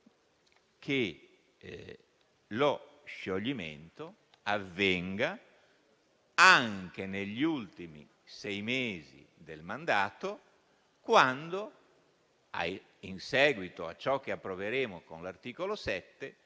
che lo scioglimento avvenga anche negli ultimi sei mesi del mandato, in seguito a ciò che approveremo con l'articolo 7,